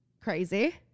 crazy